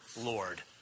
Lord